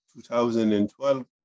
2012